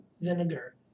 vinegar